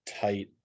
Tight